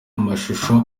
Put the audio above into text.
amashusho